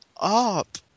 up